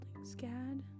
scad